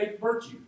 virtue